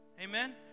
amen